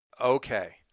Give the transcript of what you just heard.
okay